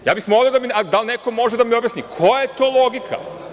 Molio bih i da li neko može da mi objasni, koja je to logika?